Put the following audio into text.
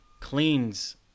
cleans